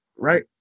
right